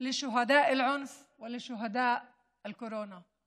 על השהידים של האלימות ועל השהידים של הקורונה.)